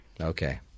okay